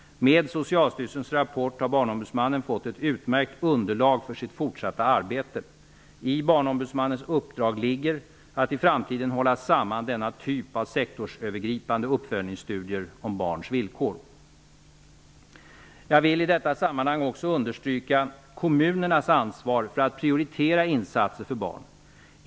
Med Socialstyrelsens rapport har barnombudsmannen fått ett utmärkt underlag för sitt fortsatta arbete. I barnombudsmannens uppdrag ligger att i framtiden hålla samman denna typ av sektorsövergripande uppföljningsstudier om barns villkor. Jag vill i detta sammanhang också understryka kommunernas ansvar för att prioritera insatser för barn.